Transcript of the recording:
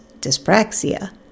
dyspraxia